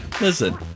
Listen